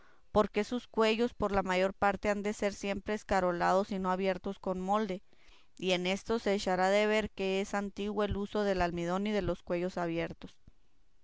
por qué sus cuellos por la mayor parte han de ser siempre escarolados y no abiertos con molde y en esto se echará de ver que es antiguo el uso del almidón y de los cuellos abiertos